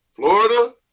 Florida